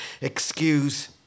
Excuse